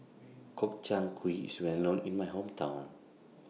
Gobchang Gui IS Well known in My Hometown